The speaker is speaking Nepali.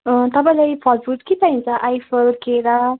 अँ तपाईँलाई फलफुल के चाहिन्छ आइफल केरा